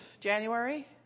January